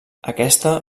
aquesta